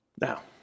Now